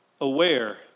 aware